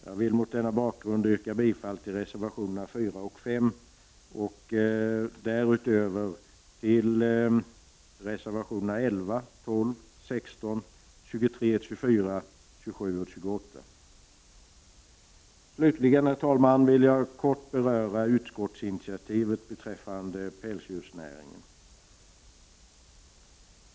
Jag vill mot den bakgrunden yrka bifall till reservationerna 4 och 5 och därutöver till reservationerna 11, 12, 16, 23, 24, 27 och 28. Slutligen, herr talman, vill jag kort beröra utskottsinitiativet beträffande pälsdjursnäringen.